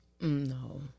No